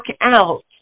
out